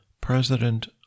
President